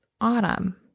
autumn